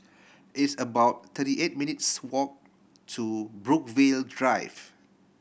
it's about thirty eight minutes' walk to Brookvale Drive